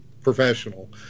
professional